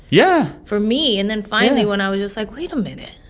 yeah. for me. and then finally when i was just like, wait a minute,